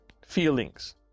feelings